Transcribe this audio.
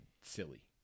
silly